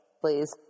Please